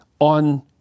on